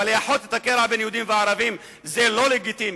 אבל לאחות את הקרע בין יהודים לערבים זה לא לגיטימי,